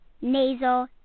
nasal